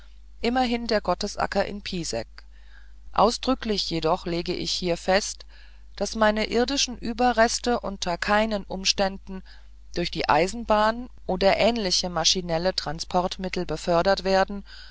immerhin der gottesacker in pisek ausdrücklich jedoch lege ich hier fest daß meine irdischen überreste unter keinen umständen durch die eisenbahn oder ähnliche maschinelle transportmittel befördert werden